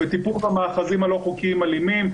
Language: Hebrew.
וטיפול במאחזים הלא חוקיים האלימים,